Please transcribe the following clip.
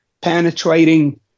penetrating